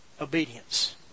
obedience